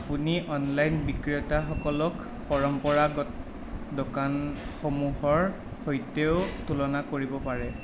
আপুনি অনলাইন বিক্ৰেতাসকলক পৰম্পৰাগত দোকানসমূহৰ সৈতেও তুলনা কৰিব পাৰে